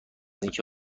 اینکه